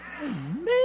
amen